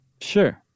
Sure